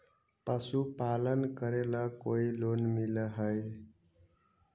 पशुपालन करेला कोई लोन मिल हइ?